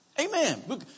Amen